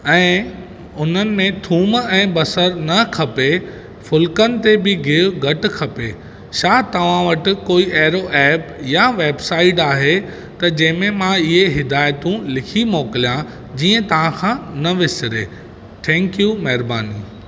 ऐं उन्हनि में थूम ऐं बसर न खपे फुलिकनि ते बि गिहु घटि खपे छा तव्हां वटि कोई अहिड़ो ऐप या वैबसाइट आहे त जंहिंमें मां इहे हिदायतूं लिखी मोकिलिया जीअं तव्हां खां न विसिरे थैंक्यू महिरबानी